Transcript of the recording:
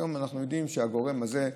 היום אנחנו יודעים שהגורם הזה,